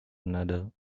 another